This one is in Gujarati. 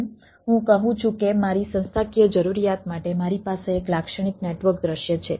જેમ હું કહું છું કે મારી સંસ્થાકીય જરૂરિયાત માટે મારી પાસે એક લાક્ષણિક નેટવર્ક દૃશ્ય છે